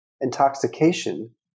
intoxication